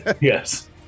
Yes